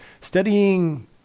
studying